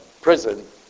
prison